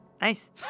nice